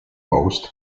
post